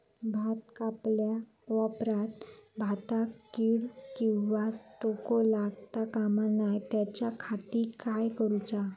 भात कापल्या ऑप्रात भाताक कीड किंवा तोको लगता काम नाय त्याच्या खाती काय करुचा?